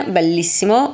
bellissimo